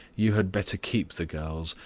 you had better keep the girls,